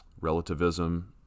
relativism